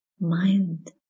mind